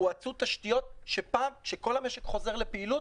הואצו תשתיות שכשכל המשק חוזר לפעילות,